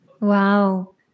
Wow